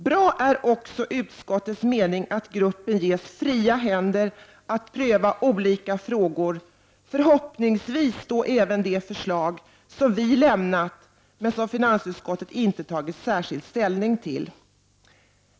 Bra är också utskottets mening att gruppen ges fria händer att pröva olika frågor, förhoppningsvis då även de förslag som vi lämnat men som finansutskottet inte tagit särskild ställning till.